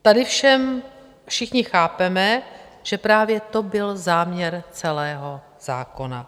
Tady všichni chápeme, že právě to byl záměr celého zákona.